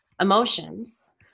emotions